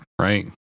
right